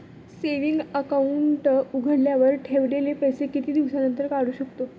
Saving account उघडल्यावर ठेवलेले पैसे किती दिवसानंतर काढू शकतो?